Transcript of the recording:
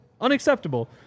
Unacceptable